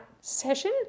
session